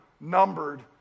numbered